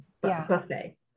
buffet